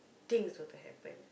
thing were to happen